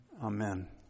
Amen